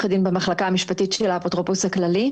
המשפטית של האפוטרופוס הכללי.